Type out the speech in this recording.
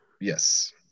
yes